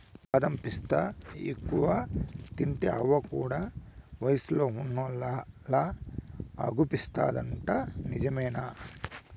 బాదం పిస్తాలెక్కువ తింటే అవ్వ కూడా వయసున్నోల్లలా అగుపిస్తాదంట నిజమేనా